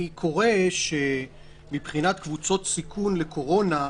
אני קורא שמבחינת קבוצות סיכון לקורונה,